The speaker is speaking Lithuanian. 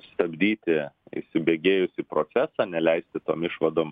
stabdyti įsibėgėjusį procesą neleisti tom išvadom